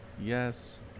Yes